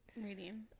reading